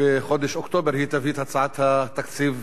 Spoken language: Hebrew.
בחודש אוקטובר היא תביא את הצעת התקציב,